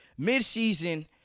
midseason